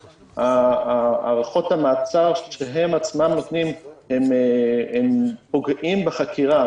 הארכות המעצר שהם עצמם נותנים פוגעות בחקירה.